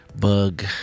bug